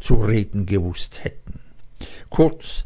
zu reden gewußt hätten kurz